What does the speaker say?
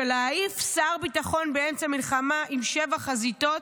של להעיף שר ביטחון באמצע מלחמה בשבע חזיתות,